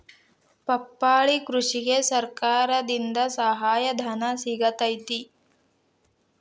ಪಪ್ಪಾಳಿ ಕೃಷಿಗೆ ಸರ್ಕಾರದಿಂದ ಸಹಾಯಧನ ಸಿಗತೈತಿ